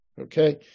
okay